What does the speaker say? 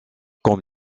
comme